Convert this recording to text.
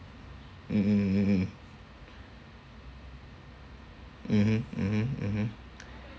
mm mm mm mm mm mmhmm mmhmm mmhmm